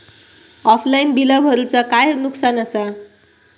Offline बिला भरूचा काय नुकसान आसा?